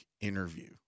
interview